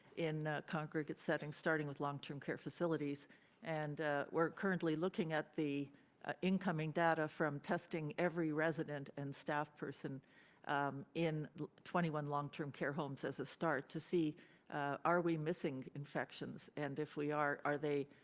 in congregate settings, starting with long-term care facilities and we're currently looking at the ah incoming data from testing every resident and staff person in twenty one long-term care homes as a start to see are we missing infections? and if we are, are they